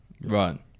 Right